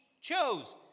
chose